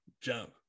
jump